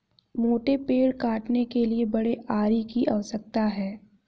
मोटे पेड़ काटने के लिए बड़े आरी की आवश्यकता है